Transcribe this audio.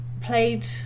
played